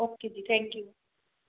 okay ji thank you